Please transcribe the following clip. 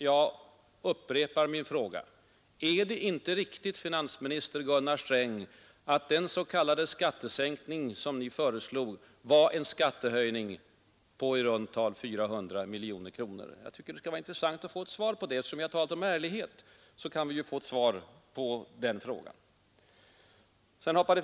Jag upprepar min fråga: Är det inte riktigt, finansminister Gunnar Sträng, att den s.k. skattesänkning som ni föreslog var en skattehöjning på i runt tal 400 miljoner kronor? Jag tycker det skulle vara intressant att få ett svar på den frågan, eftersom vi har talat om ärlighet.